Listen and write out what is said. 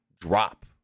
drop